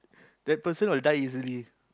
that person will die easily